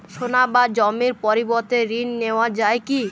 সোনা বা জমির পরিবর্তে ঋণ নেওয়া যায় কী?